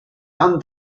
and